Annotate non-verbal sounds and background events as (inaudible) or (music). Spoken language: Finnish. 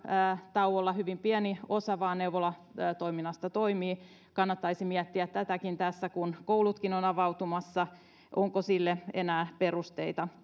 tauolla vain hyvin pieni osa neuvolatoiminnasta toimii kannattaisi miettiä tässä tätäkin kun koulutkin ovat avautumassa onko sille enää perusteita (unintelligible)